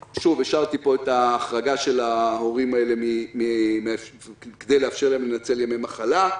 השארתי פה את ההחרגה של ההורים האלה כדי לאפשר להם לנצל ימי מחלה.